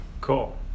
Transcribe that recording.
Cool